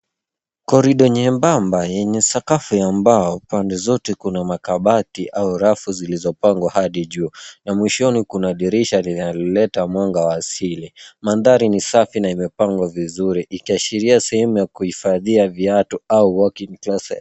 Korido nyembamba yenye sakafu ya mbao, pande zote kuna makabati au rafu zilizopangwa hadi juu na mwishoni kuna dirisha linaloleta mwanga wa asili. Mandhari ni safi na imepangwa vizuri ikiashiria sehemu ya kuhifadhia viatu au walking closet .